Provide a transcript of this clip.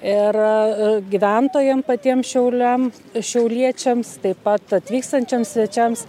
ir gyventojam patiem šiauliam šiauliečiams taip pat atvykstantiem svečiams